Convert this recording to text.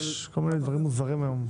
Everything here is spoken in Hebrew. יש כל מיני דברים מוזרים היום.